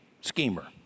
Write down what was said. schemer